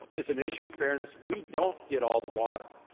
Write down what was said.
as an issue of fairness, we don't get all the water.